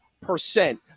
percent